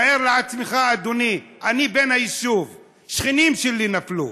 תאר לעצמך, אדוני, אני בן היישוב, שכנים שלי נפלו.